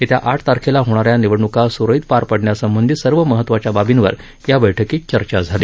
येत्या आठ तारखेला होणाऱ्या निवडणूका सुरळीत पार पडण्यासंबधीत सर्व महत्वाच्या बाबींवर या बैठकीत चर्चा झाली